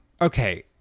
okay